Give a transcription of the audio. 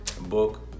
book